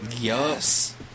Yes